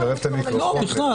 בכלל.